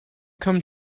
come